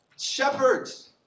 Shepherds